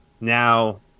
Now